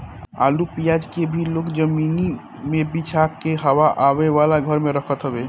आलू पियाज के भी लोग जमीनी पे बिछा के हवा आवे वाला घर में रखत हवे